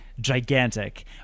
gigantic